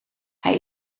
hij